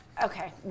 Okay